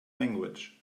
language